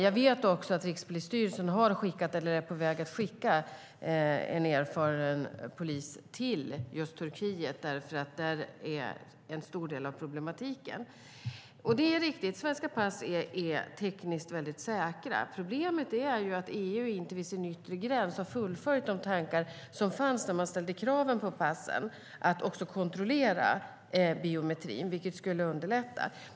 Jag vet också att Rikspolisstyrelsen har skickat eller är på väg att skicka en erfaren polis till just Turkiet, för där finns en stor del av problematiken. Det är riktigt att svenska pass tekniskt är väldigt säkra. Problemet är att EU vid sin yttre gräns inte har fullföljt de tankar som fanns när man ställde kraven på passen, alltså att man också skulle kontrollera biometrin, vilket skulle underlätta.